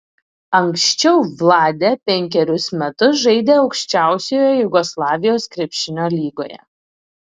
anksčiau vladė penkerius metus žaidė aukščiausioje jugoslavijos krepšinio lygoje